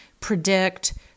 predict